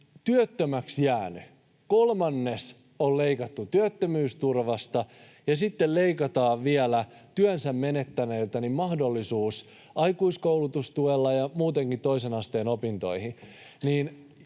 työttömäksi jääneeltä kolmannes on leikattu työttömyysturvasta ja sitten leikataan vielä työnsä menettäneiltä mahdollisuus aikuiskoulutustukeen ja muutenkin toisen asteen opintoihin.